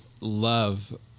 love